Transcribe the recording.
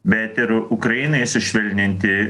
bet ir ukrainai sušvelninti